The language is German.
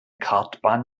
kartbahn